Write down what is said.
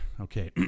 Okay